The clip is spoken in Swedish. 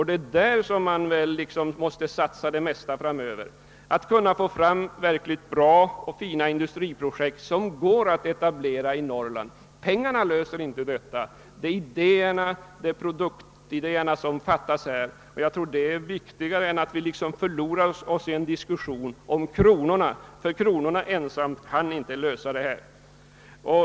Det är där man måste satsa det mesta framöver för att kunna få fram verkligt bra och fina industriprojekt som det går att etablera i Norrland. Pengarna löser inte detta problem, det är produktidéerna som fattas. Jag tror att detta är viktigare än att vi liksom förlorar oss i en diskussion om kronorna, därför att dessa kan ensamma inte lösa detta problem.